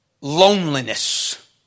loneliness